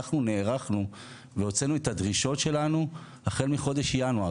אנחנו נערכנו והוצאנו את הדרישות שלנו החל מחודש ינואר,